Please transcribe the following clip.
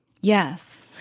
Yes